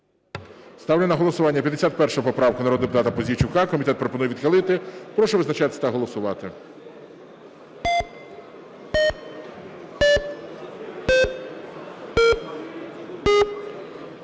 Ставлю на голосування 62 поправку народного депутата Пузійчука. Комітет пропонує відхилити. Прошу визначатись та голосувати.